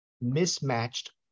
mismatched